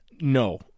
No